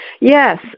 Yes